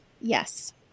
yes